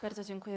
Bardzo dziękuję.